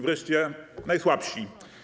Wreszcie najsłabsi.